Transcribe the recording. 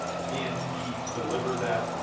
can he deliver that?